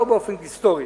לא באופן היסטורי,